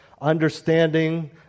understanding